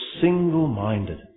single-minded